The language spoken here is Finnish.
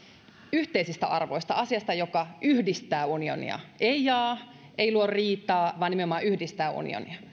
yhteisistä arvoista asiasta joka yhdistää unionia ei jaa ei luo riitaa vaan nimenomaan yhdistää unionia